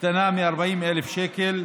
קטנה מ-40,000 שקל,